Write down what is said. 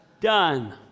done